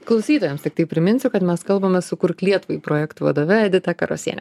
klausytojams tiktai priminsiu kad mes kalbame su kurk lietuvai projektų vadove edita karosiene